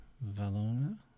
Valona